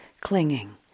clinging